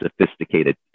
sophisticated